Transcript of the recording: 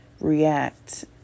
react